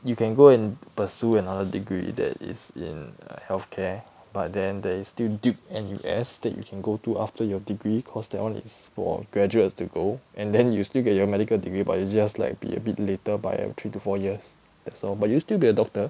you can go and pursue another degree that is in err healthcare but then there is still duke N_U_S that you can go to after your degree cause that [one] is for graduates to go and then you still get your medical degree but it's just like be a bit later by three to four years that's all but you'll still be a doctor